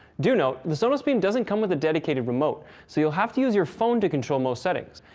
do note, the sonos beam doesn't come with a dedicated remote, so you have to use your phone to control most settings.